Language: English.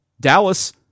Dallas